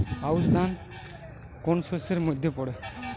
আউশ ধান কোন শস্যের মধ্যে পড়ে?